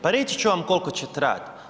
Pa reći ću vam koliko će trajati.